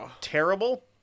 terrible